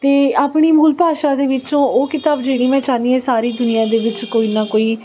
ਅਤੇ ਆਪਣੀ ਮੂਲ ਭਾਸ਼ਾ ਦੇ ਵਿੱਚੋਂ ਉਹ ਕਿਤਾਬ ਜਿਹੜੀ ਮੈਂ ਚਾਹੁੰਦੀ ਹਾਂ ਸਾਰੀ ਦੁਨੀਆਂ ਦੇ ਵਿੱਚ ਕੋਈ ਨਾ ਕੋਈ